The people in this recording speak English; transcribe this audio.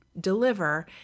deliver